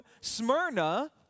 Smyrna